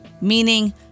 meaning